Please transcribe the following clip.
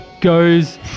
goes